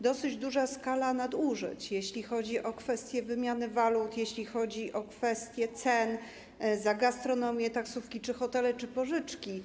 dosyć duża skala nadużyć, jeśli chodzi o kwestię wymiany walut, jeśli chodzi o kwestię cen za gastronomię, taksówki czy hotele, czy pożyczki.